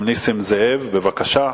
נסים זאב, בבקשה.